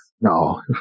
No